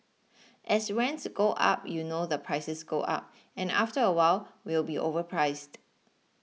as rents go up you know the prices go up and after a while we'll be overpriced